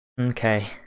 Okay